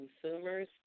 consumers